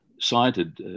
cited